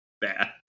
Bad